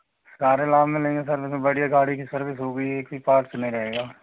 सारे लाभ मिलेंगे सर जिसमें बढ़िया गाड़ी की सर्विस हो गई है एक भी पार्ट्स नहीं रहेगा